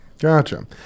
Gotcha